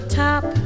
top